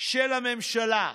של הממשלה".